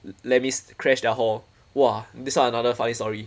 let mes crash their hall !wah! this one another funny story